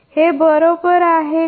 तर हे बरोबर आहे का